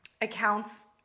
accounts